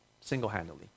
single-handedly